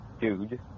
dude